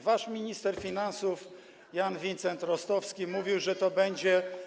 Wasz minister finansów Jan Vincent-Rostowski mówił, że to będzie.